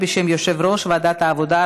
בשם יושב-ראש ועדת העבודה,